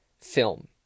film